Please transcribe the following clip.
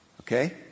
Okay